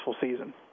season